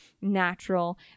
natural